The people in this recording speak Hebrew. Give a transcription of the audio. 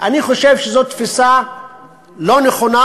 אני חושב שזאת תפיסה לא נכונה.